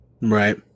Right